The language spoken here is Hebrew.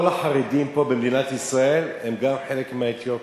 כל החרדים פה במדינת ישראל הם גם חלק מהאתיופים.